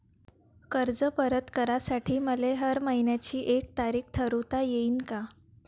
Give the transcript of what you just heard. कर्ज परत करासाठी मले हर मइन्याची एक तारीख ठरुता येईन का?